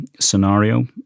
scenario